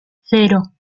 cero